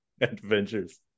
adventures